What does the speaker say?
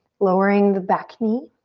lowering the back knee.